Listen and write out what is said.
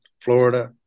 Florida